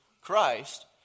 Christ